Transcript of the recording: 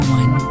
one